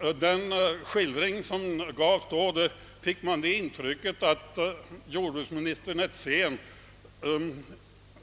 Av den skildring som då gavs fick man intrycket att jordbruksminister Netzén